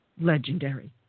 legendary